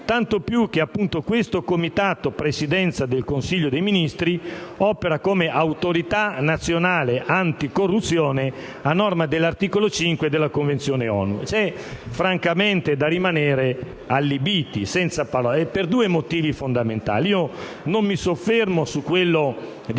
tanto più che esso, sotto la Presidenza del Consiglio dei ministri, opera come Autorità nazionale anticorruzione, a norma dell'articolo 5 della Convenzione ONU. Francamente c'è da rimanere allibiti, senza parole, per due motivi fondamentali. Non mi soffermo sul motivo di